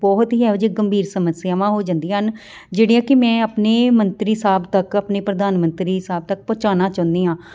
ਬਹੁਤ ਹੀ ਇਹੋ ਜਿਹੇ ਗੰਭੀਰ ਸਮੱਸਿਆਵਾਂ ਹੋ ਜਾਂਦੀਆਂ ਹਨ ਜਿਹੜੀਆਂ ਕਿ ਮੈਂ ਆਪਣੇ ਮੰਤਰੀ ਸਾਹਿਬ ਤੱਕ ਆਪਣੇ ਪ੍ਰਧਾਨ ਮੰਤਰੀ ਸਾਹਿਬ ਤੱਕ ਪਹੁੰਚਾਉਣਾ ਚਾਹੁੰਦੀ ਹਾਂ